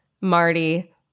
Marty